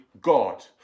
God